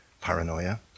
paranoia